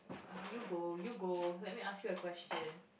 ah you go you go let me ask you a question